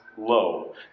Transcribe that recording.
low